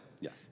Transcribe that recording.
yes